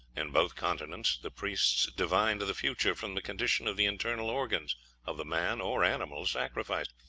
in both continents the priests divined the future from the condition of the internal organs of the man or animal sacrificed.